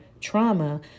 trauma